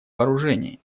вооружений